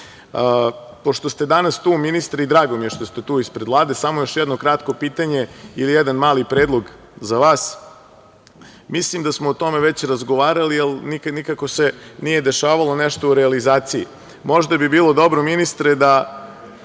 posao. Pošto ste danas tu, ministre, i drago mi je da ste tu ispred Vlade, samo još jedno kratko pitanje ili jedan mali predlog za vas, mislim da smo o tome već razgovarali, jer nikada se nije dešavalo nešto u realizaciji. Možda bi bilo dobro, ministre, da